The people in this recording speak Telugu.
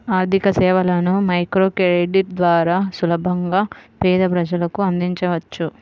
ఆర్థికసేవలను మైక్రోక్రెడిట్ ద్వారా సులభంగా పేద ప్రజలకు అందించవచ్చు